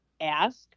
ask